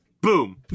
Boom